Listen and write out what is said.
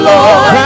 Lord